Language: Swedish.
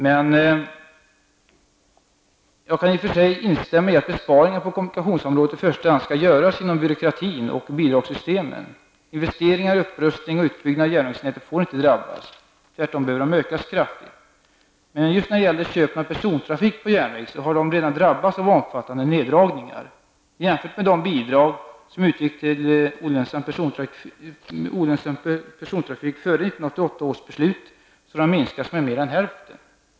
I och för sig kan jag instämma i att besparingar på kommunikationsområdet i första hand bör göras inom byråkratin och bidragssystemen. Investeringar i upprustning och utbyggnad av järnvägsnätet får inte drabbas. Tvärtom behöver investeringarna här ökas kraftigt. Men just köpen av persontrafik på järnväg har redan drabbats av omfattande neddragningar. Jämförda med de bidrag som utgick till olönsam persontrafik före 1988 års beslut har de minskats med mer än hälften.